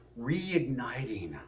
reigniting